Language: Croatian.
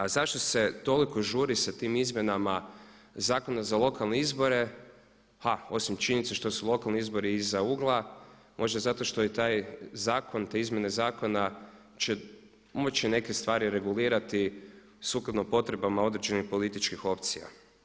A zašto se toliko žuri sa tim izmjenama Zakona za lokalne izbore pa osim činjenice što su lokalni izbori iza ugla možda zato što je taj zakon te izmjene zakona će moći neke stvari regulirati sukladno potrebama određenih političkih opcija.